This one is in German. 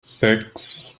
sechs